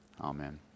Amen